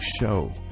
show